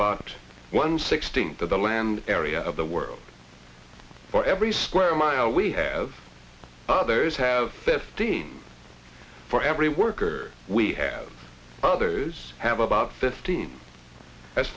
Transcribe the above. about one sixteenth of the land area of the world for every square mile we have others have fifteen for every worker we have others have about fifteen as